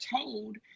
told